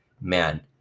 man